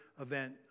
event